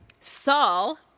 Saul